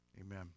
amen